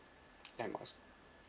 air miles